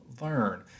learn